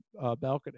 balcony